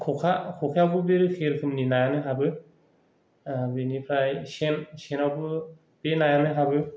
ख'खा ख'खायावबो बे एखे रोखोमनि नायानो हाबो बेनिफ्राय सेन सेनावथ' बे नायानो हाबो